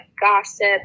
gossip